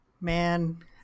man